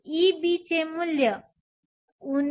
EB चे मूल्य 7